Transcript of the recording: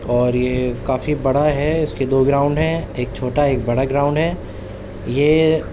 اور یہ کافی بڑا ہے اس کے دو گراؤنڈ ہیں ایک چھوٹا ایک بڑا گراؤنڈ ہے یہ